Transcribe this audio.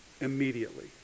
immediately